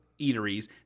eateries